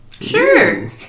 Sure